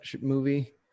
movie